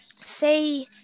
say